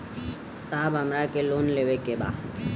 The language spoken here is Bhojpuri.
साहब हमरा के लोन लेवे के बा